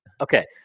Okay